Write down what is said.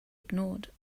ignored